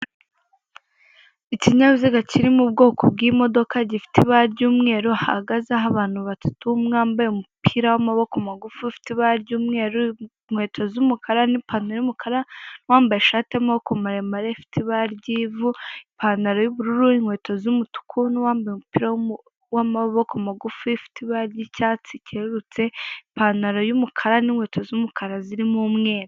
Ikinyabiziga kiri mu bwoko bw'imodoka gifite ibara ry'umweru hahagazeho abantu batatu umwe wambaye umupira w'amaboko mugufi ufite ibara ry'umweru, inkweto z'umukara, n'ipantaro yumukara, n'uwambaye ishati y'amaboko maremare ifite ibara ry'ivu, ipantaro y'ubururu, inkweto z'umutuku n'umbaye umupira w'amaboko magufi ufite ibara ry'icyatsi cyerurutse, ipantaro y'umukara n'inkweto z'umukara zirimo umwe.